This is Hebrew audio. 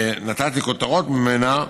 שנתתי כותרות ממנה,